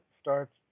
starts